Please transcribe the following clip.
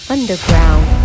Underground